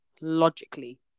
logically